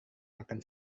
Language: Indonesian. makan